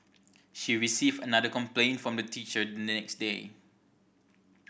she received another complaint from the teacher the next day